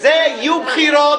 יהיו בחירות,